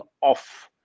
off